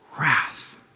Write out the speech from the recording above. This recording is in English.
wrath